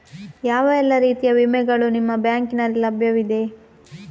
ಯಾವ ಎಲ್ಲ ರೀತಿಯ ವಿಮೆಗಳು ನಿಮ್ಮ ಬ್ಯಾಂಕಿನಲ್ಲಿ ಲಭ್ಯವಿದೆ?